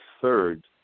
third